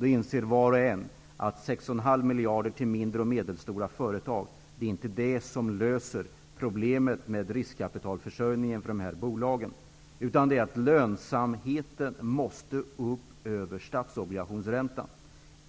inser var och en att 6,5 miljarder till mindre och medelstora företag inte löser problemet med riskkapitalförsörjningen för dessa bolag. Lönsamheten måste upp över statsobligationsräntan.